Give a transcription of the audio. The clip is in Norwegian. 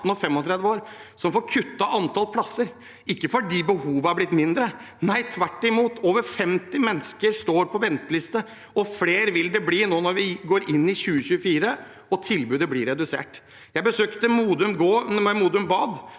som får kuttet antallet plasser. Det er ikke fordi behovene er blitt mindre – tvert imot: over 50 mennesker står på venteliste, og flere vil det bli når vi går inn i 2024 og tilbudet blir redusert. Jeg har besøkt Modum Bad,